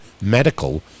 medical